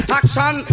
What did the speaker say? action